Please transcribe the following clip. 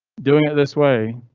doing it this way,